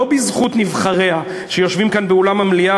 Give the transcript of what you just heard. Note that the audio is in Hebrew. לא בזכות נבחריה שיושבים כאן באולם המליאה